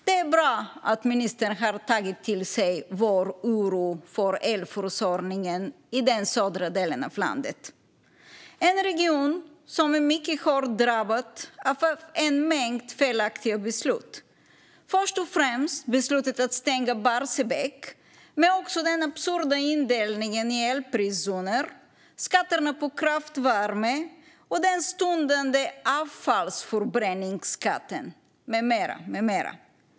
Det är bra att ministern har tagit till sig vår oro för elförsörjningen i den södra delen av landet, en region som är mycket hårt drabbad av en mängd felaktiga beslut, först och främst beslutet att stänga Barsebäck, men också den absurda indelningen i elpriszoner, skatterna på kraftvärme, den stundande avfallsförbränningsskatten med mera.